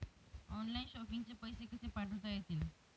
Online shopping चे पैसे कसे पाठवता येतील?